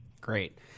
Great